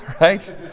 right